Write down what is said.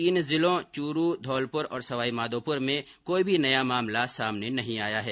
तीन जिलों चूरू धौलपुर और सवाई माधोपुर में कोई भी नया मामला सामने नहीं आया है